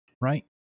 right